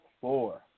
four